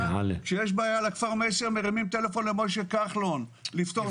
כשיש בעיה לכפר מייסר מרימים טלפון למשה כחלון לפתור.